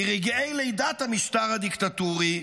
ברגעי לידת המשטר הדיקטטורי,